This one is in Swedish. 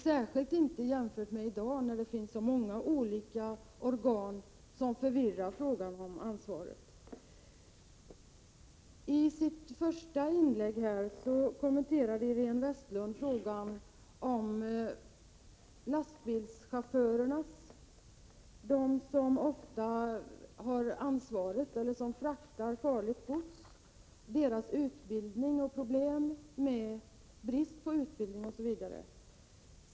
Särskilt inte om man jämför med de problem som finns i dag, när det förekommer så många olika organ som förvirrar när det gäller frågan om ansvaret. I sitt första inlägg kommenterade Iréne Vestlund problemet beträffande utbildning eller brist på utbildning etc. när det gäller de lastbilschaufförer som fraktar farligt gods.